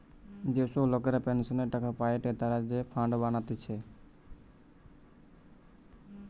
যে সব লোকরা পেনসনের টাকা পায়েটে তারা যে ফান্ড বানাতিছে